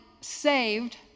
saved